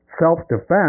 self-defense